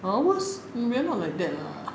ours no we are not like that lah